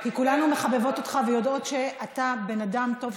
כי כולנו מחבבות אותך ויודעות שאתה בן אדם טוב,